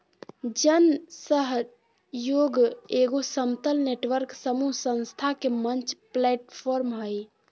जन सहइोग एगो समतल नेटवर्क समूह संस्था के मंच प्लैटफ़ार्म हइ